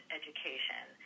education